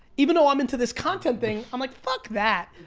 even though i'm into this content thing, i'm like fuck that.